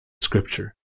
scripture